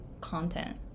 content